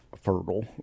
fertile